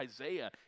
Isaiah